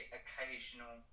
occasional